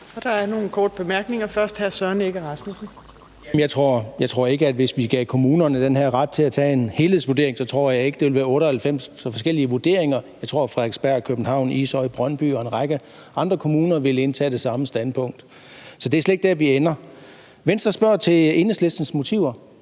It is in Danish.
Søren Egge Rasmussen. Kl. 17:55 Søren Egge Rasmussen (EL): Jeg tror ikke, at der, hvis vi gav kommunerne den her ret til at lave en helhedsvurdering, ville være 98 forskellige vurderinger. Jeg tror, Frederiksberg, København, Ishøj, Brøndby og en række andre kommuner ville indtage det samme standpunkt. Så det er slet ikke der, vi ender. Venstre spørger til Enhedslistens motiver.